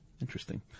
Interesting